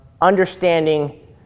understanding